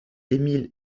émile